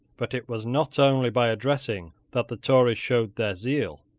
but it was not only by addressing that the tories showed their zeal.